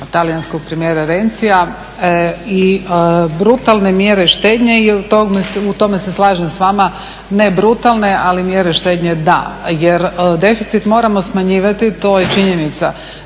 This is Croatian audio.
talijanskog premijera Renzija i brutalne mjere štednje i u tome se slažem s vama, ne brutalne ali mjere štednje da. Jer deficit moramo smanjivati, to je činjenica,